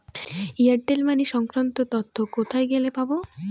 Airtel money সংক্রান্ত তথ্য কোথায় গেলে পাব?